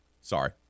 Sorry